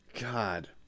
God